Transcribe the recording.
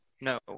No